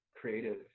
creative